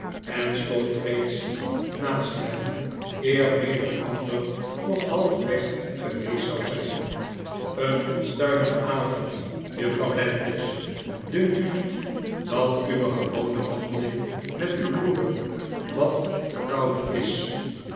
en stond reeds naast hen eer menig ander nog half weg geweest zou zijn een onstuimige avond juflfrouw landless dunkt u niet dat uwe gewone wandeling met uw broeder wat te koud is